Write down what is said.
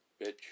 Bitch